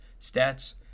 stats